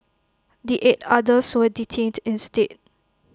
the eight others were detained instead